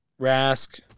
Rask